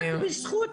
רק בזכות